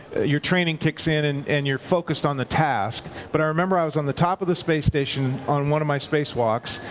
your training kicks in and and you're focused on the task. but i remember i was on the top of the space station on one of my smallpox,